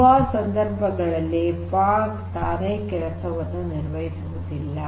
ತುಂಬಾ ಸಂದರ್ಭಗಳಲ್ಲಿ ಫಾಗ್ ತಾನೇ ಕೆಲಸವನ್ನು ನಿರ್ವಹಿಸುವುದಿಲ್ಲ